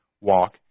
walk